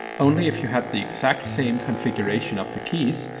only if you had the exact same configuration of the keys,